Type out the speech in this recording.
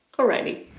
alrighty.